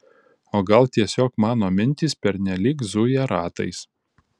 o gal tiesiog mano mintys pernelyg zuja ratais